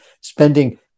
spending